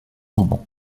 auban